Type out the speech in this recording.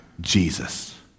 Jesus